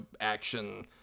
action